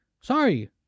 Sorry